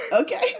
okay